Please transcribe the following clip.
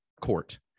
court